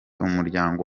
umuryango